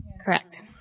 Correct